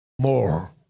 more